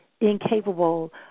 incapable